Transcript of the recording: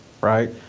right